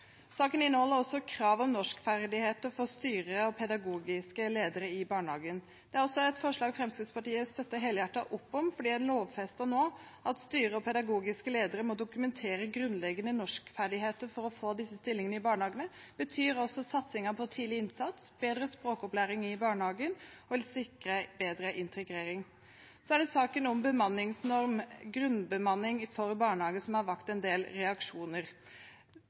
Saken inneholder også krav om norskferdigheter for styrere og pedagogiske ledere i barnehagen. Det er også et forslag Fremskrittspartiet støtter helhjertet opp om, for at en nå lovfester at styrere og pedagogiske ledere må dokumentere grunnleggende norskferdigheter for å få disse stillingene i barnehagene, betyr også at satsingen på tidlig innsats og bedre språkopplæring i barnehagen vil sikre bedre integrering. Så er det saken om bemanningsnorm, grunnbemanning for barnehagen, som har vakt en del reaksjoner.